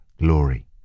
glory